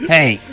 Hey